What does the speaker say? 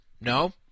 no